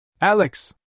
Alex